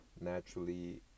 naturally